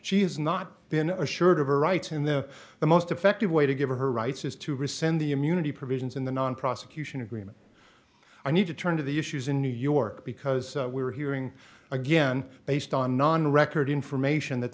she has not been assured of her rights in the the most effective way to give her rights is to rescind the immunity provisions in the non prosecution agreement i need to turn to the issues in new york because we're hearing again based on non record information that